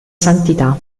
santità